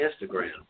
Instagram